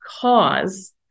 cause